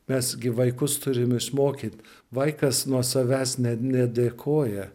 mes gi vaikus turim išmokyt vaikas nuo savęs net nedėkoja